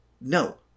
No